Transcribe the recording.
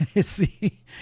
See